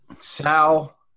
Sal